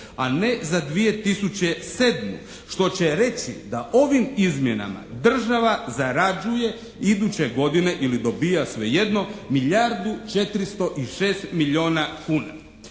a ne za 2007. što će reći da ovim izmjenama država zarađuje iduće godine ili dobija svejedno milijardu 406 milijuna kuna.